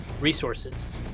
resources